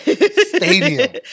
stadium